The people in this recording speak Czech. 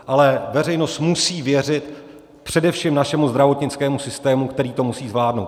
Ale veřejnost musí věřit především našemu zdravotnickému systému, který to musí zvládnout.